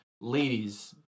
ladies